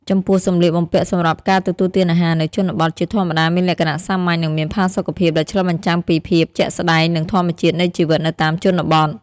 ចំពោះសំលៀកបំពាក់សម្រាប់ការទទួលទានអាហារនៅជនបទ ជាធម្មតាមានលក្ខណៈសាមញ្ញ និងមានផាសុកភាព ដែលឆ្លុះបញ្ចាំងពីភាពជាក់ស្តែង និងធម្មជាតិនៃជីវិតនៅតាមជនបទ។